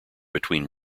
between